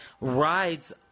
rides